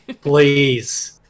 Please